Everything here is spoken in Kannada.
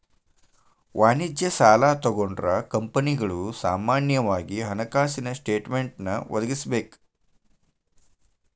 ವಾಣಿಜ್ಯ ಸಾಲಾ ತಗೊಂಡ್ರ ಕಂಪನಿಗಳು ಸಾಮಾನ್ಯವಾಗಿ ಹಣಕಾಸಿನ ಸ್ಟೇಟ್ಮೆನ್ಟ್ ಒದಗಿಸಬೇಕ